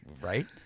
Right